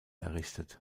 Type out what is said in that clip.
errichtet